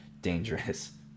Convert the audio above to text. dangerous